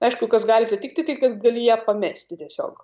aišku kas gali atsitikti kad gali ją pamesti tiesiog